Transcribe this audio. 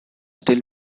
still